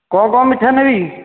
କ'ଣ କ'ଣ ମିଠା ନେବି